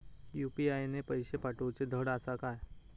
UPI ने पैशे पाठवूचे धड आसा काय?